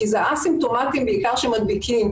כי זה האסימפטומטיים בעיקר שמדביקים.